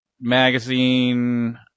magazine